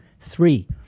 three